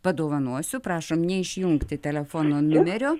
padovanosiu prašom neišjungti telefono numerio